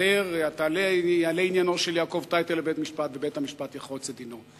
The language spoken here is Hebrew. יעלה עניינו של יעקב טייטל ובית-המשפט יחרוץ את דינו,